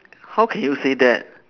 how can you say that